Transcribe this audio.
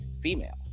female